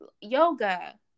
yoga